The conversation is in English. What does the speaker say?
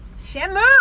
Shamu